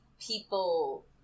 people